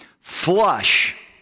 flush